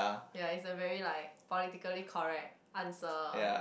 ya it's a very like politically correct answer